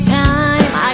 time